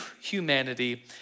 humanity